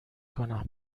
کنم